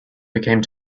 became